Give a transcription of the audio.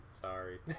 Sorry